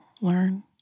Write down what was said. learn